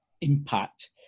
impact